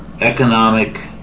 economic